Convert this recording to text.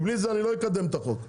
בלי זה אני לא קדם את החוק.